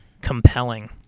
compelling